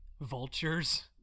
vultures